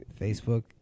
Facebook